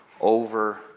over